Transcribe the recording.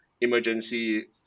emergency